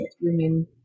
women